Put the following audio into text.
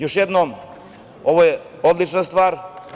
Još jednom, ovo je odlična stvar.